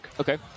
Okay